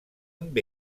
amb